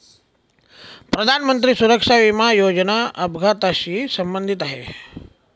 प्रधानमंत्री सुरक्षा विमा योजना अपघाताशी संबंधित आहे